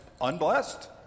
Unblessed